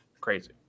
crazy